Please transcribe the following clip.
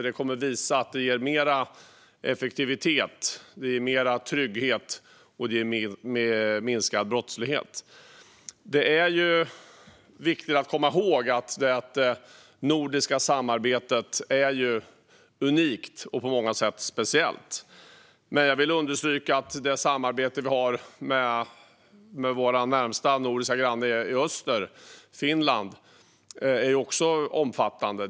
Det kommer att visa att samarbete leder till mer effektivitet, mer trygghet och minskad brottslighet. Vissa frågor om Försvarsmaktens personal Samarbete mellan svenska och norska särskilda insats-grupper i krissitua-tioner Det är viktigt att komma ihåg att det nordiska samarbetet är unikt och på många sätt speciellt. Jag vill understryka att även det samarbete vi har med vår närmaste nordiska granne i öster, Finland, också är omfattande.